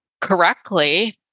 correctly